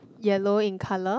yellow in colour